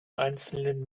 einzelnen